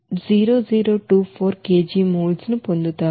0024 kg molesను పొందుతారు